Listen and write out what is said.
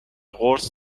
قرص